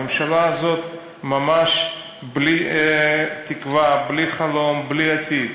הממשלה הזאת ממש בלי תקווה, בלי חלום, בלי עתיד,